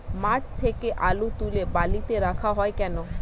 মাঠ থেকে আলু তুলে বালিতে রাখা হয় কেন?